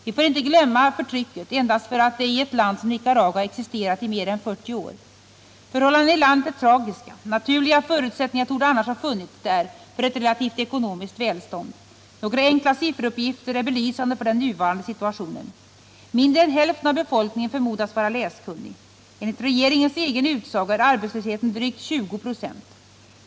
Vi får inte glömma förtrycket endast därför att det i ett land som Nicaragua existerat i mer än 40 år. Förhållandena i landet är tragiska. Naturliga förutsättningar torde annars ha funnits där för ett relativt ekonomiskt välstånd. Några enkla sifferuppgifter är belysande för den nuvarande situationen. Mindre än hälften av befolkningen förmodas vara läskunnig. Enligt regeringens egen utsago är arbetslösheten drygt 20 96.